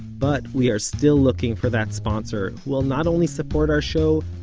but we are still looking for that sponsor, who will not only support our show,